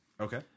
okay